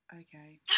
okay